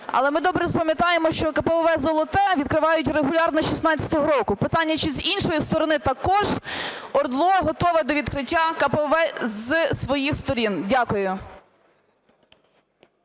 Але ми добре пам'ятаємо, що КПВВ "Золоте" відкривають регулярно з 16-го року. Питання, чи з іншої сторони також ОРДЛО готове до відкриття КПВВ з своїх сторін? Дякую.